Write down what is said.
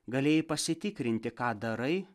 galėjai pasitikrinti ką darai